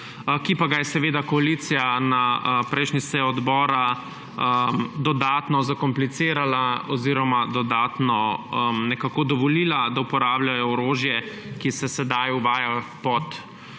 ki pa ga je seveda koalicija na prejšnji seji odbora dodatno zakomplicirala oziroma dodatno dovolila, da uporabljajo orožje, ki se sedaj uvaja pod